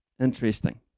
interesting